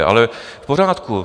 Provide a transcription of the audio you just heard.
Ale v pořádku.